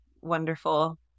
wonderful